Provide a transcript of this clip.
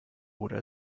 oder